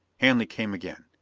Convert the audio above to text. hanley came again.